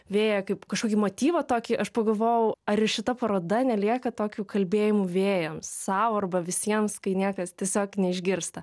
vėją kaip kažkokį motyvą tokį aš pagalvojau ar ir šita paroda nelieka tokiu kalbėjimu vėjams sau arba visiems kai niekas tiesiog neišgirsta